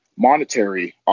monetary